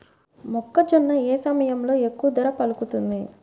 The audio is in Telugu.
మొక్కజొన్న ఏ సమయంలో ఎక్కువ ధర పలుకుతుంది?